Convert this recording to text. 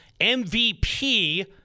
MVP